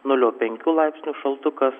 nulio penkių laipsnių šaltukas